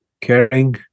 Caring